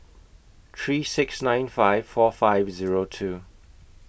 three six nine five four five Zero two